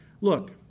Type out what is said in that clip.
Look